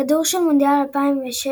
הכדור של מונדיאל 2006,